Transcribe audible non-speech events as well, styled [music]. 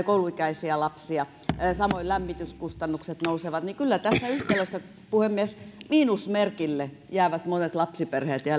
[unintelligible] kouluikäisiä lapsia samoin lämmityskustannukset nousevat kyllä tässä yhtälössä puhemies miinusmerkille jäävät monet lapsiperheet ja [unintelligible]